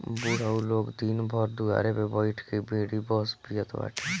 बुढ़ऊ लोग दिन भर दुआरे पे बइठ के बीड़ी बस पियत बाटे